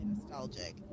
nostalgic